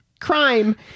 crime